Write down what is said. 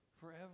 forever